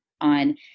on